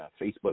Facebook